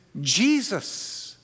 Jesus